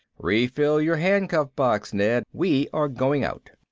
refill your handcuff box, ned. we are going out.